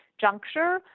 juncture